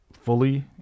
fully